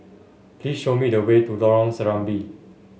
please show me the way to Lorong Serambi